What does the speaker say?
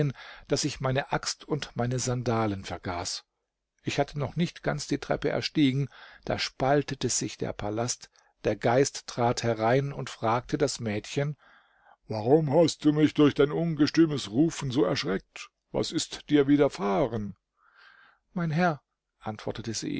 daß ich meine axt und meine sandalen vergaß ich hatte noch nicht ganz die treppe erstiegen da spaltete sich der palast der geist trat herein und fragte das mädchen warum hast du mich durch dein ungestümes rufen so erschreckt was ist dir widerfahren mein herr antwortete sie